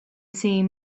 seeing